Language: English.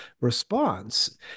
response